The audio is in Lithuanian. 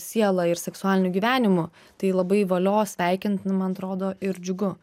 siela ir seksualiniu gyvenimu tai labai valio sveikint man atrodo ir džiugu